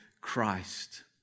Christ